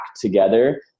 together